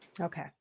Okay